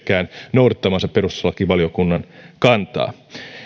noudattavansa perustuslakivaliokunnan kantaa